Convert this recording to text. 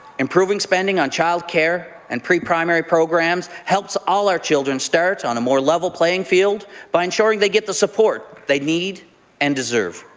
improving spending on child care and preprimary programs helps all our children start on a more level playing field by ensuring they get the support they need and deserve.